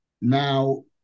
Now